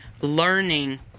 learning